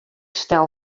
stel